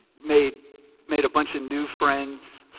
made made a bunch of new friends